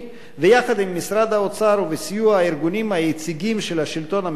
ויחד עם משרד האוצר ובסיוע הארגונים היציגים של השלטון המקומי,